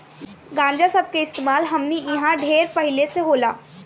गांजा सब के इस्तेमाल हमनी इन्हा ढेर पहिले से होला